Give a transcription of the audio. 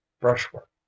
brushwork